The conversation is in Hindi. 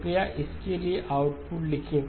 कृपया इसके लिए आउटपुट लिखें